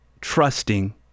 trusting